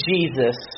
Jesus